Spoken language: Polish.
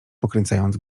pokręcając